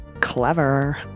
Clever